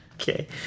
Okay